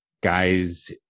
guys